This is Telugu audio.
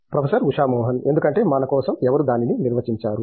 ప్రొఫెసర్ ఉషా మోహన్ ఎందుకంటే మన కోసం ఎవరు దానిని నిర్వచించారు